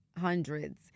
hundreds